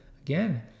again